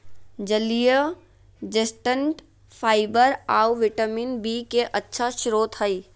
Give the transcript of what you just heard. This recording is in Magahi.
जलीय चेस्टनट फाइबर आऊ विटामिन बी के अच्छा स्रोत हइ